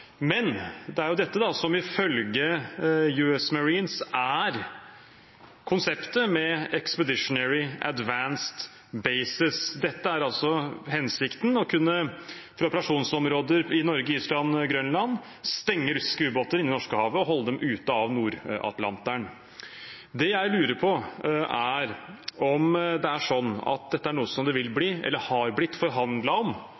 men det er jo dette som ifølge US Marines er konseptet med «expeditionary advanced bases». Dette er hensikten – å kunne, fra operasjonsområder i Norge, på Island og på Grønland, stenge russiske ubåter inne i Norskehavet og holde dem ute av Nord-Atlanteren. Det jeg lurer på, er om dette er noe det vil bli eller har blitt forhandlet om mellom norske og amerikanske myndigheter. Vil